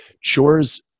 chores